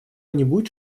нибудь